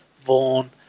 Vaughn